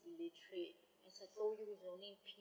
illiterate only